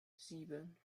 sieben